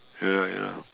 ya ya